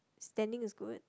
standing is good